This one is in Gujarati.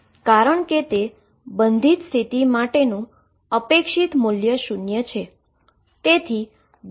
કારણ કે તે બાઉન્ડ સ્ટેટ માટેનુ એક્સપેક્ટેશન વેલ્યુ 0 છે